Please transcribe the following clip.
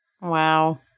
Wow